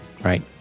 right